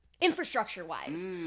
infrastructure-wise